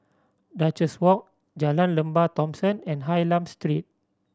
Duchess Walk Jalan Lembah Thomson and Hylam Street